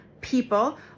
people